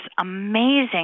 amazing